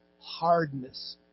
hardness